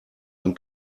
ein